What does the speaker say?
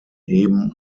eben